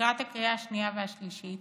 לקראת הקריאה השנייה והשלישית,